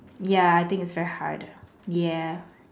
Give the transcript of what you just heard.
ya I think it's very hard ya